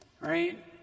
Right